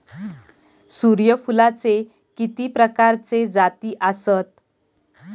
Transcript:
सूर्यफूलाचे किती प्रकारचे जाती आसत?